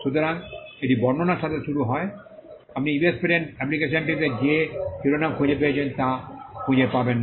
সুতরাং এটি বর্ণনার সাথে শুরু হয় আপনি US পেটেন্ট অ্যাপ্লিকেশনটিতে যে শিরোনাম খুঁজে পেয়েছেন তা খুঁজে পাবেন না